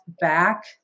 back